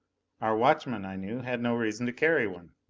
our watchmen, i knew, had no reason to carry one.